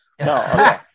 No